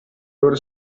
loro